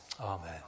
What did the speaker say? Amen